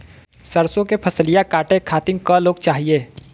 सरसो के फसलिया कांटे खातिन क लोग चाहिए?